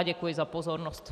Děkuji za pozornost.